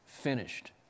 finished